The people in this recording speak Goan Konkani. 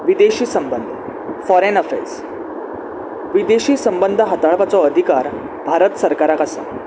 विदेशी संबंद फॉरेन अफेर्स विदेशी संबंद हाताळपाचो अधिकार भारत सरकाराक आसा